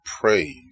Praise